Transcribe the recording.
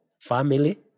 family